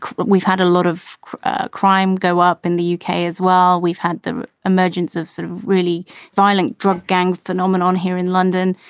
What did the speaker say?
we've had a lot of crime go up in the uk as well. we've had the emergence of sort of really violent drug gang phenomenon here in london.